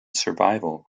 survival